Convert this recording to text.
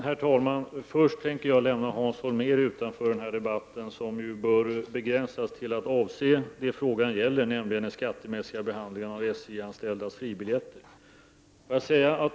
Herr talman! Jag tänker lämna Hans Holmér utanför den här debatten, som bör begränsas till att avse det frågan gäller, nämligen den skattemässiga behandlingen av SJ-anställdas fribiljetter.